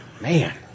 man